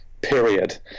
period